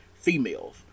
females